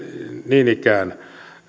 niin ikään